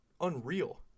unreal